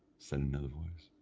said another voice.